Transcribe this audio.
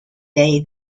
day